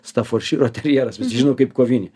stafordšyro terjeras visi žino kaip kovinį